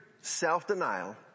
self-denial